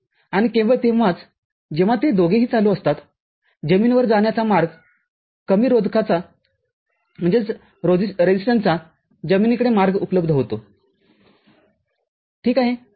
आणि केवळ तेव्हाच जेव्हा ते दोघेही चालू असतात जमिनीवर जाण्याचा मार्गकमी रोधकाचा जमिनीकडे मार्ग उपलब्ध होतो ठीक आहे